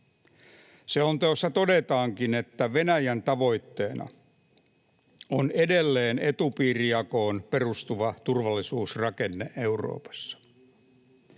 Selonteossa todetaankin, että Venäjän tavoitteena on edelleen etupiirijakoon perustuva turvallisuusrakenne Euroopassa.